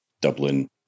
Dublin